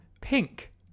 Pink